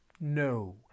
No